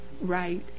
right